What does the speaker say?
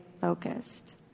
focused